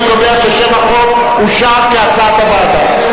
אני קובע ששם החוק אושר, כהצעת הוועדה.